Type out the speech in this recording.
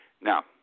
Now